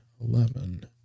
eleven